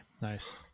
nice